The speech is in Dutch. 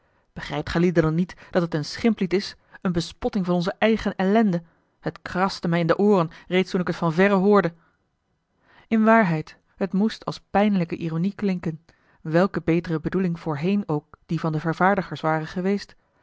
begrijpt gijlieden dan niet dat het een schimplied is eene bespotting van onze eigene ellende het kraste mij in de ooren reeds toen ik het van verre hoorde in waarheid het moest als pijnlijke ironie klinken welke betere bedoeling voorheen ook die van de vervaardigers ware geweest